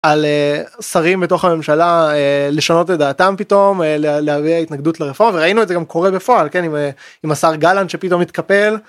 על שרים בתוך הממשלה לשנות את דעתם פתאום להביא ההתנגדות לרפורמה וראינו את זה גם קורה בפועל עם השר גלנט שפתאום התקפל.